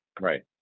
right